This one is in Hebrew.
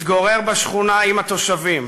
התגורר בשכונה עם התושבים,